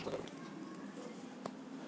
ಹಣ್ಣು ಬಿಡುವ ಸಮಯದಲ್ಲಿ ಕೇಟನಾಶಕ ಸಿಂಪಡಿಸಬಾರದೆ?